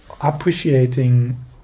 appreciating